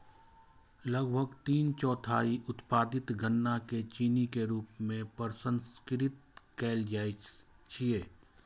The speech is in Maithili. लगभग तीन चौथाई उत्पादित गन्ना कें चीनी के रूप मे प्रसंस्कृत कैल जाइ छै